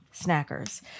Snackers